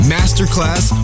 Masterclass